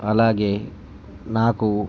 అలాగే నాకు